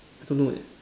I don't know eh